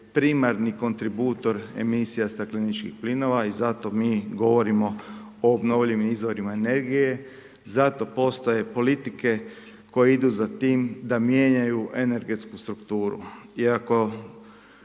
primarni kontributor emisija stakleničkih plinova i zato mi govorimo o obnovljivim izvorima energije, zato postoje politike koje idu za tim da mijenjaju energetsku strukturu. Iako